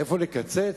איפה לקצץ?